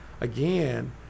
again